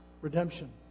redemption